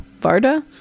Varda